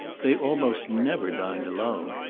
they almost never dined alone,